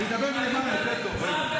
אני אדבר מלמעלה, יותר טוב.